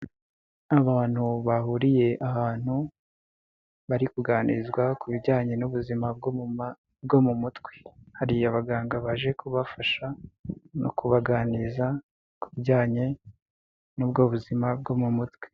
Abantu bahuriye ahantu bari kuganirizwa ku bijyanye n'ubuzima bwo mu mutwe, hari abaganga baje kubafasha no kubaganiriza ku bijyanye n'ubwo buzima bwo mu mutwe.